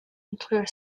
nuclear